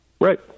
Right